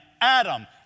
Adam